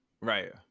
Right